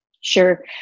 Sure